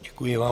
Děkuji vám.